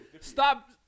stop